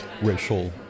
racial